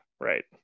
Right